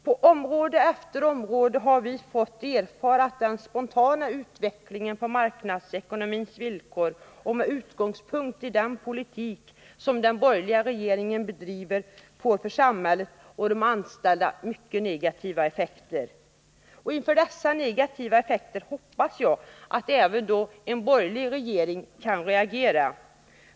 På område efter område har vi fått erfara att den spontana utvecklingen på marknadsekonomins villkor och med utgångspunkt i den politik, som den borgerliga regeringen bedriver, får för samhället och de anställda mycket negativa effekter. Inför dessa negativa effekter hoppas jag att även en borgerlig regering kan reagera.